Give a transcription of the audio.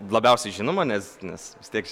labiausiai žinoma nes nes vis tiek čia